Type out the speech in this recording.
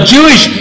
Jewish